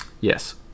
Yes